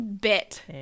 bit